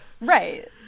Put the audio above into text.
right